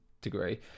degree